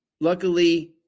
Luckily